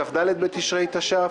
כ"ד בתשרי התש"ף,